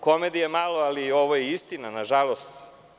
Komedije malo, ali je ovo istina, na žalost.